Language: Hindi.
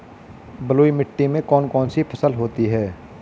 बलुई मिट्टी में कौन कौन सी फसल होती हैं?